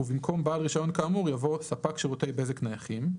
ובמקום "בעל רישיון כאמור" יבוא "ספק שירותי בזק נייחים".